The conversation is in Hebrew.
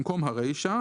במקום הרישה,